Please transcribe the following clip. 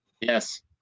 Yes